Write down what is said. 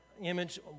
image